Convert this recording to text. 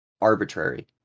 arbitrary